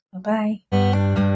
Bye-bye